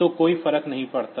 तो कोई फर्क नहीं पड़ता